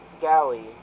Galley